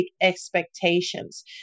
expectations